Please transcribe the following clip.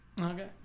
Okay